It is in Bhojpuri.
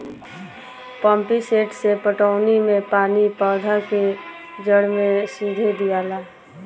पम्पीसेट से पटौनी मे पानी पौधा के जड़ मे सीधे दियाला